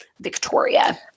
Victoria